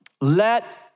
let